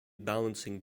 balancing